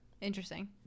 Interesting